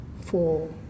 four